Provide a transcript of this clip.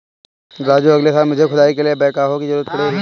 राजू अगले साल मुझे खुदाई के लिए बैकहो की जरूरत पड़ेगी